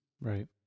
Right